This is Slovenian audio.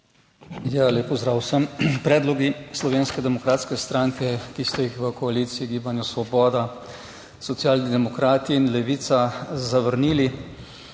Lep pozdrav vsem. Predlogi Slovenske demokratske stranke, ki ste jih v koaliciji Gibanja Svoboda, Socialni demokrati in Levica zavrnili,